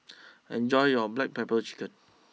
enjoy your Black Pepper Chicken